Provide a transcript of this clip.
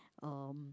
um